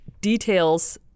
details